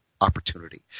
opportunity